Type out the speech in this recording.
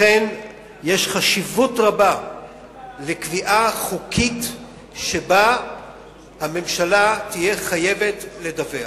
לכן יש חשיבות רבה לקביעה חוקית שהממשלה תהיה חייבת לדווח.